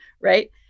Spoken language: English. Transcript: Right